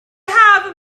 haf